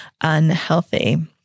unhealthy